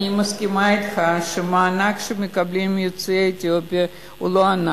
אני מסכימה אתך שהמענק שמקבלים יוצאי אתיופיה הוא לא ענק.